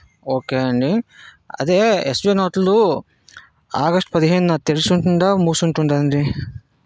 okay అండి అదే Yashwin hotel August పదిహేను తెరిచి ఉంటుందా మూసి ఉంటుందా అండి